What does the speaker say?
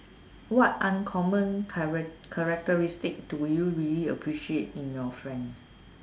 what uncommon charac~ characteristic do you really appreciate in your friend